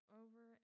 over